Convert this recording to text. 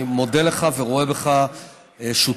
אני מודה לך ורואה בך שותף.